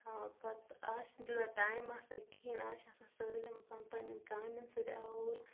پتہِ آز چھُ نہٕ تیوٗتاہ ٹایِم آسان کِہینۍ آز چھِ آسان سٲلِم پن پننٮ۪ن کامٮ۪ن سۭتۍ آوُر